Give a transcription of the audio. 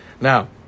now